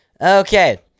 Okay